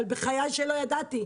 אבל בחיי שלא ידעתי.